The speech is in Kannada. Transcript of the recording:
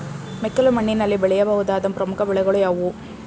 ಮೆಕ್ಕಲು ಮಣ್ಣಿನಲ್ಲಿ ಬೆಳೆಯ ಬಹುದಾದ ಪ್ರಮುಖ ಬೆಳೆಗಳು ಯಾವುವು?